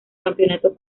campeonato